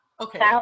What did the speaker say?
okay